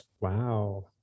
Wow